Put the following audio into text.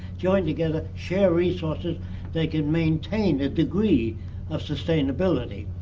join together, share resources they can maintain a degree of sustainability.